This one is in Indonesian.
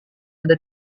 ada